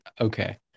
Okay